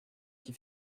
qui